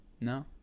no